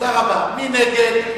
מי נגד?